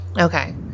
Okay